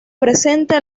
presenta